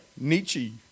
Nietzsche